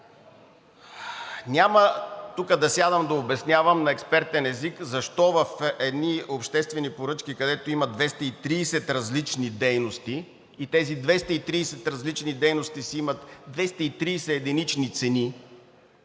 Няма тук да обяснявам на експертен език защо в едни обществени поръчки, където има 230 различни дейности, тези 230 различни дейности си имат 230 единични цени.